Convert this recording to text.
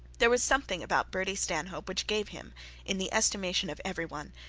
there was something about bertie stanhope which gave him in the estimation of every one,